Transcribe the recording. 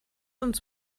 uns